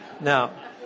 Now